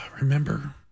Remember